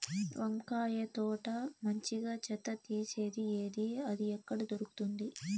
వంకాయ తోట మంచిగా చెత్త తీసేది ఏది? అది ఎక్కడ దొరుకుతుంది?